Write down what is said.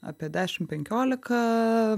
apie dešim penkioliką